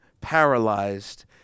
paralyzed